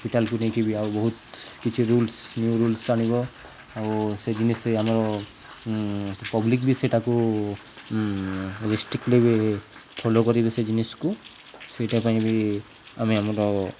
ହସ୍ପିଟାଲକୁ ନେଇକି ବି ଆଉ ବହୁତ କିଛି ରୁଲସ ନିୟୁ ରୁଲସ ଆଣିବ ଆଉ ସେ ଜିନିଷ ଆମର ପବ୍ଲିକ ବି ସେଇଟାକୁ ରେଷ୍ଟ୍ରିକଟଲି ବି ଫଲୋ କରିବେ ସେ ଜିନିଷକୁ ସେଇଟା ପାଇଁ ବି ଆମେ ଆମର